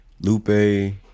Lupe